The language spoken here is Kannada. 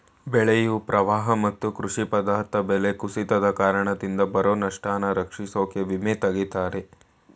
ಬೆಳೆಯು ಪ್ರವಾಹ ಮತ್ತು ಕೃಷಿ ಪದಾರ್ಥ ಬೆಲೆ ಕುಸಿತದ್ ಕಾರಣದಿಂದ ಬರೊ ನಷ್ಟನ ರಕ್ಷಿಸೋಕೆ ವಿಮೆ ತಗತರೆ